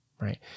right